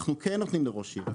אנחנו כן נותנים לראש עיר,